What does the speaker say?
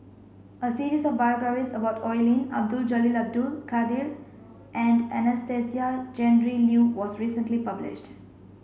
a series of biographies about Oi Lin Abdul Jalil Abdul Kadir and Anastasia Tjendri Liew was recently published